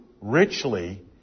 richly